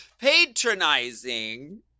Patronizing